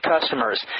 customers